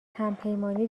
همپیمانی